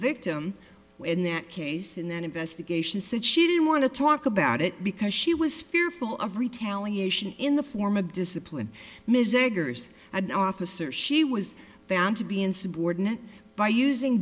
victim in that case in that investigation said she didn't want to talk about it because she was fearful of retaliation in the form of discipline ms eggers an officer she was found to be insubordinate by using